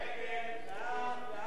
ההצעה